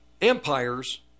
empires